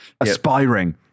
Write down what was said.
Aspiring